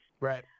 Right